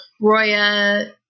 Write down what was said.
Roya